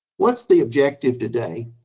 what's the objective today?